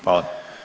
Hvala.